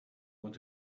want